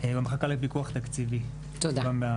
-- כלכלן במחלקה לפיקוח תקציבי במ.מ.מ.